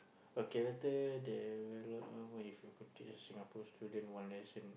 okay your turn if you could teach Singapore student one lesson